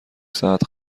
ساعت